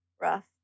Rough